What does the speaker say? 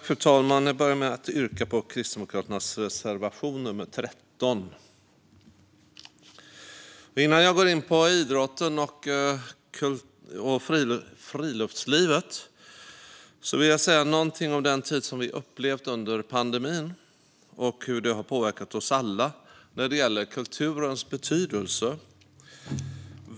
Fru talman! Fru talman! Jag yrkar bifall till Kristdemokraternas reservation nummer 13. Innan jag går in på idrotten och friluftslivet vill jag säga något om den tid vi upplevt under pandemin och hur det har påverkat oss alla när det gäller kulturens betydelse.